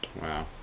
Wow